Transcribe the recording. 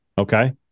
Okay